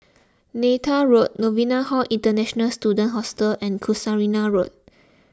Neythai Road Novena Hall International Students Hostel and Casuarina Road